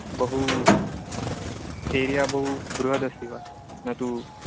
बहू एरिया बहू बृहदस्ति वा न तु